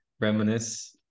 reminisce